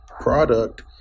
product